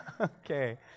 Okay